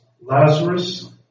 Lazarus